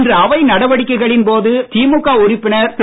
இன்று அவை நடவடிக்கைகளின் போது திமுக உறுப்பினர் திரு